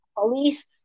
police